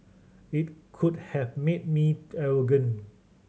it could have made me arrogant